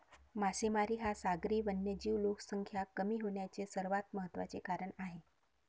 मासेमारी हा सागरी वन्यजीव लोकसंख्या कमी होण्याचे सर्वात महत्त्वाचे कारण आहे